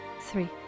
three